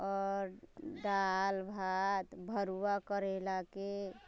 आओर दालि भात भरुआ करैलाके